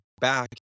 back